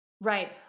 Right